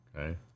Okay